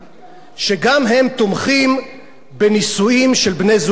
שגם הם תומכים בנישואים של בני-זוג מאותו מין.